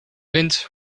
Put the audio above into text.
wind